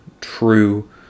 true